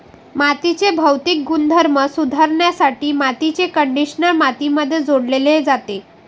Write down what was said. मातीचे भौतिक गुणधर्म सुधारण्यासाठी मातीचे कंडिशनर मातीमध्ये जोडले जाते